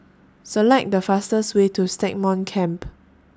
Select The fastest Way to Stagmont Camp